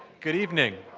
good evening.